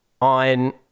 on